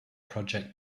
project